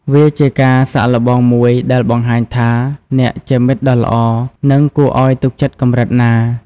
វាជាការសាកល្បងមួយដែលបង្ហាញថាអ្នកជាមិត្តដ៏ល្អ និងគួរឱ្យទុកចិត្តកម្រិតណា។